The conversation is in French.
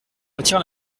retire